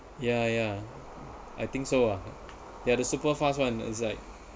yeah yeah I think so ah yeah the super fast one is like